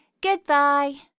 Goodbye